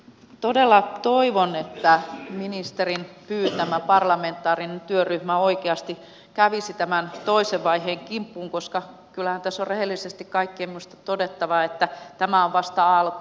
todella toivon että ministerin pyytämä parlamentaarinen työryhmä oikeasti kävisi tämän toisen vaiheen kimppuun koska kyllähän tässä on rehellisesti kaikkien minusta todettava että tämä on vasta alku